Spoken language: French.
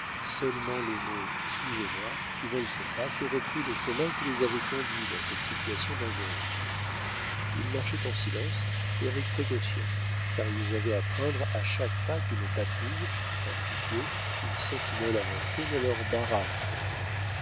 seulement les mots suivez-moi fit volte-face et reprit le chemin qui les avait conduits dans cette situation dangereuse ils marchaient en silence et avec précaution car ils avaient à craindre à chaque pas qu'une patrouille un piquet une sentinelle avancée ne leur barrât le chemin